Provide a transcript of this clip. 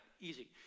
easy